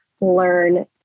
learn